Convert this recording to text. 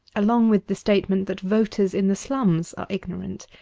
along with the statement that voters in the slums are ignorant.